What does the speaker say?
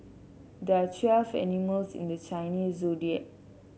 there are twelve animals in the Chinese Zodiac